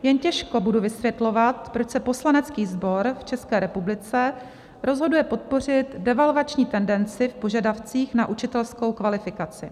Jen těžko budu vysvětlovat, proč se poslanecký sbor v České republice rozhoduje podpořit devalvační tendenci v požadavcích na učitelskou kvalifikaci.